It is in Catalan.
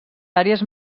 àrees